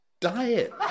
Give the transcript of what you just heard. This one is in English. diet